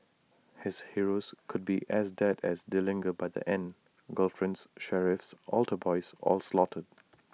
his heroes could be as dead as Dillinger by the end girlfriends sheriffs altar boys all slaughtered